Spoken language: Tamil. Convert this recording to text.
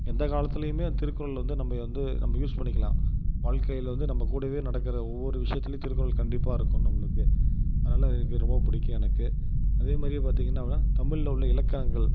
எந்த காலத்துலேயுமே திருக்குறள் வந்து நம்ம வந்து நம்ப யூஸ் பண்ணிக்கலாம் வாழ்க்கையில் வந்து நம்ம கூட நடக்கிற ஒவ்வொரு விஷயத்துலயும் திருக்குறள் கண்டிப்பாக இருக்கும் நம்மளுக்கு அதனால் எனக்கு ரொம்ப பிடிக்கும் எனக்கு அதே மாதிரியே பார்த்தீங்கன்னா தமிழில் உள்ள இலக்கணங்கள்